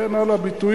וכן הלאה ביטויים.